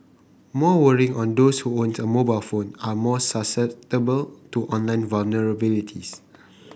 more worrying on those who own a mobile phone are more susceptible to online vulnerabilities